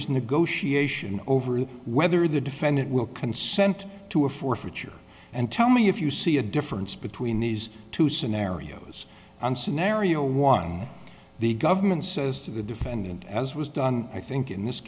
is negotiation over whether the defendant will consent to a forfeiture and tell me if you see a difference between these two scenarios and scenario one the government says to the defendant as was done i think in this